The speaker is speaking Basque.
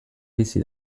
bizi